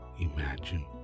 imagine